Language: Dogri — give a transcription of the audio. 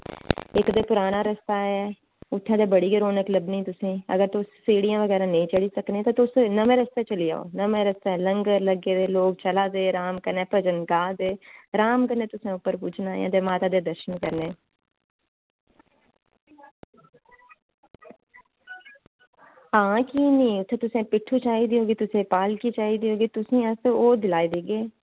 इक ते पराना रस्ता ऐ उत्थै ते बड़ी गै रोनक लब्भनी तुसेंगी अगर तुस सीड़ियां बगैरा नेईं चढ़ी सकने तां तुस नमें रस्तै चली जाओ नमें रस्तै लंगर लग्गे दे लोग चला दे र्आम कन्नै भजन गा दे र्आम कन्नै तुसें उप्पर पुज्जना ऐं ते माता दे दर्शन करने न हां कीऽ निं उत्थै तुसेंगी पिट्ठू चाहिदे होगे तुसें गी पालकी चाहिदी होगी तुसेंगी अस ओह् दलाई देगे